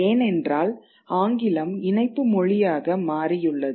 ஏனென்றால் ஆங்கிலம் இணைப்பு மொழியாக மாறியுள்ளது